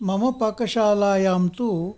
मम पाकशालायां तु